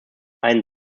einem